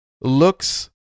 looks